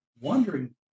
wondering